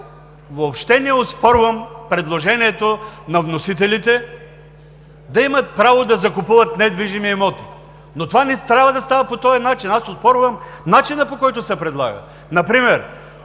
Въобще не оспорвам предложението на вносителите да имат право да закупуват недвижими имоти, но това не трябва да става по този начин. Аз оспорвам начина, по който се предлага. Например